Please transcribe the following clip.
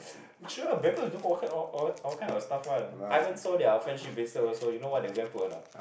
sure Bangkok is doing all kind all all all kind of stuff [one] Ivan sold their friendship bracelet also you know what they go and put or not